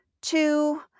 two